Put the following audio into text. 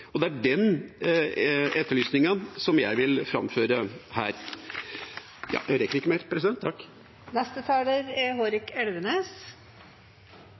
Og det er den etterlysningen jeg vil framføre her. Jeg rekker visst ikke mer. Senterpartiet og Høyre er